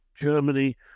Germany